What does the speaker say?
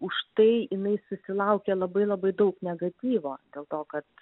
už tai jinai susilaukė labai labai daug negatyvo dėl to kad